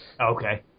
okay